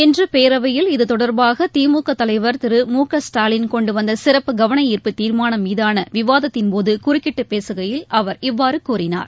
இன்று பேரவையில் இத்தொடர்பாக திமுக தலைவர் திரு மு க ஸ்டாலின் கொண்டுவந்த சிறப்பு கவன ஈர்ப்பு தீர்மானம் மீதான விவாதத்தின் போது குறுக்கிட்டு பேசுகையில் அவர் இவ்வாறு கூறினார்